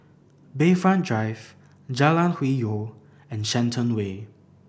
Bayfront Drive Jalan Hwi Yoh and Shenton Way